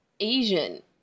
Asian